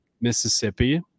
Mississippi